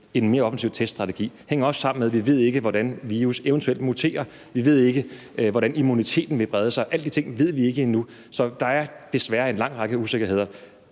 en mere offensiv teststrategi, og det hænger også sammen med, at vi ikke ved, hvordan virus eventuelt muterer, og vi ved ikke, hvordan immuniteten vil brede sig. Alle de ting ved vi ikke endnu, så der er desværre en lang række usikkerheder.